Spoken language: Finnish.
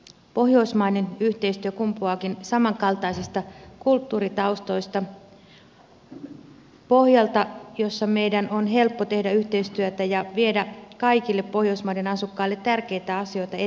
pohjoismainen yhteistyö kumpuaakin samankaltaisista kulttuuritaustoista joiden pohjalta meidän on helppo tehdä yhteistyötä ja viedä kaikille pohjoismaiden asukkaille tärkeitä asioita eteenpäin